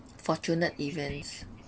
fortunate events